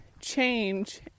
change